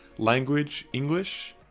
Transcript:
language, english,